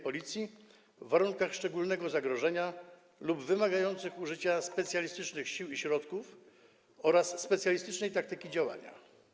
Policji w warunkach szczególnego zagrożenia lub wymagających użycia specjalistycznych sił i środków oraz specjalistycznej taktyki działania.